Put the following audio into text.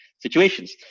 situations